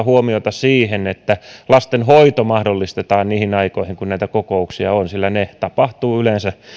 huomiota siihen että erityisesti pienemmillä paikkakunnilla lastenhoito mahdollistetaan niihin aikoihin kun näitä kokouksia on sillä yleensä